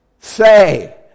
say